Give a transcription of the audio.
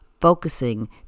Focusing